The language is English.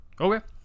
Okay